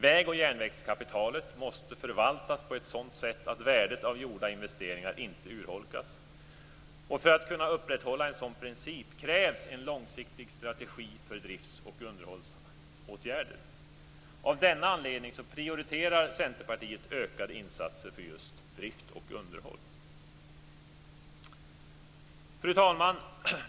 Vägoch järnvägskapitalet måste förvaltas på ett sådant sätt att värdet av gjorda investeringar inte urholkas. För att en sådan princip skall kunna upprätthållas krävs en långsiktig strategi för drift och underhållsåtgärder. Av denna anledning prioriterar Centerpartiet ökade insatser för just drift och underhåll. Fru talman!